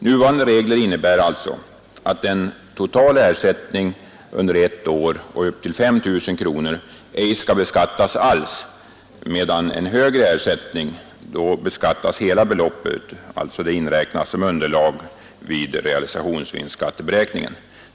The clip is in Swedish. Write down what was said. Nuvarande regler innebär alltså att en total ersättning under ett år på upp till 5 000 kronor ej beskattas alls medan vid högre ersättning hela beloppet inräknas som underlag för realisationsvinstskatteberäkningen.